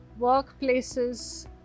workplaces